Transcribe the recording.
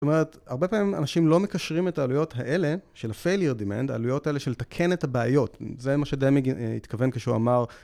זאת אומרת, הרבה פעמים אנשים לא מקשרים את העלויות האלה של ה-failure demand, העלויות האלה של תקן את הבעיות. זה מה שדמיג התכוון כשהוא אמר.